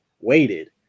waited